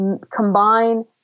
combine